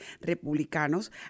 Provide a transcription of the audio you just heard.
republicanos